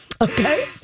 Okay